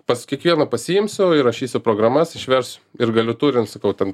pas kiekvieną pasiimsiu įrašysiu programas išversiu ir galiu turint sakau ten